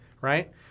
Right